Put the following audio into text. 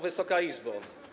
Wysoka Izbo!